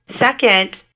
Second